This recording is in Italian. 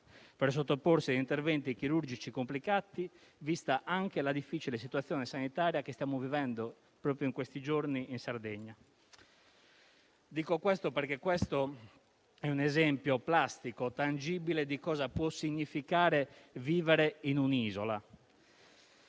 per sottoporsi a interventi chirurgici complicati, vista anche la difficile situazione sanitaria che stiamo vivendo proprio negli ultimi giorni in Sardegna. Questo è un esempio plastico e tangibile di cosa può significare vivere in un'isola.